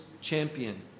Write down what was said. champion